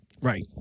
right